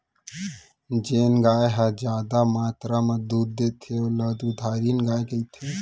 जेन गाय ह जादा मातरा म दूद देथे ओला दुधारिन गाय कथें